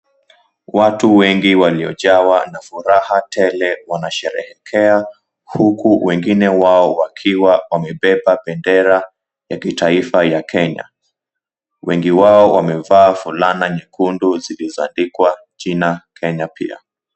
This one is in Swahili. Watu wengi waliojawa na furaha tele wanasherehekea, huku wengine wao wakiwa wamebeba bendera ya kitaifa ya Kenya. Wengi wao wamevaa fulana nyekundu zilizoandikwa jina Kenya pia.